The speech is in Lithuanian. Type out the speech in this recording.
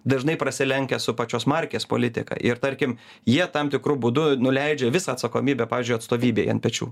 dažnai prasilenkia su pačios markės politika ir tarkim jie tam tikru būdu nuleidžia visą atsakomybę pavyzdžiui atstovybei ant pečių